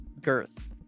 girth